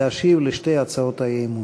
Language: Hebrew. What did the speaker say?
להשיב על שתי הצעות האי-אמון.